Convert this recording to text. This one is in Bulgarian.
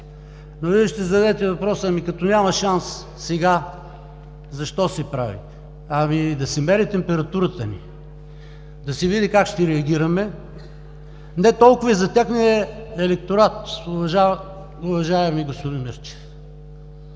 Но Вие ще зададете въпроса: като няма шанс сега, защо се прави? Ами, да се мери температурата ни, да се види как ще реагираме. Не толкова и за техния електорат, уважаеми господин Мирчев.